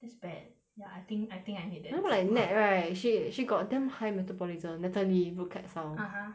that's bad ya I think I think I need that too you know like nat right she she got damn high metabolism natalie vocab song (uh huh)